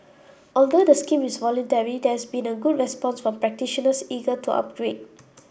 although the scheme is voluntary there has been a good response from practitioners eager to upgrade